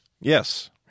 Yes